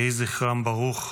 יהי זכרם ברוך,